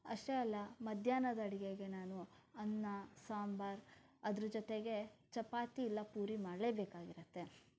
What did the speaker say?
ಅಷ್ಟೇ ಅಲ್ಲ ಮಧ್ಯಾಹ್ನದ ಅಡುಗೆಗೆ ನಾನು ಅನ್ನ ಸಾಂಬಾರು ಅದರ ಜೊತೆಗೆ ಚಪಾತಿ ಇಲ್ಲ ಪೂರಿ ಮಾಡಲೇಬೇಕಾಗಿರತ್ತೆ